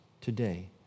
today